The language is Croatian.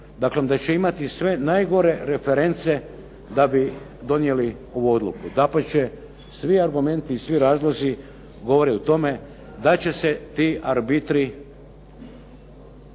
Daklem da će imati sve najgore reference da bi donijeli ovu odluku. Dapače svi argumenti i svi razlozi govore o tome da će se ti arbitri